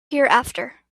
hereafter